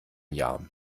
jahr